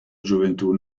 gioventù